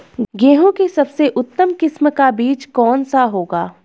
गेहूँ की सबसे उत्तम किस्म का बीज कौन सा होगा?